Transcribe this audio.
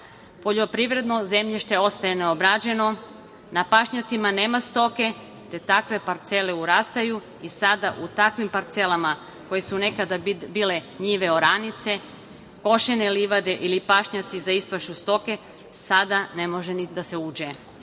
poljoprivredno zemljište ostaje neobrađeno, na pašnjacima nema stoke, te takve parcele urastaju i sada na takve parcele, koje su nekada bile njive oranice, košene livade ili pašnjaci za ispašu stoke, ne može ni da se uđe.